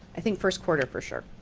i think first quarter for sure.